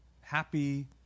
happy